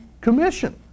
Commission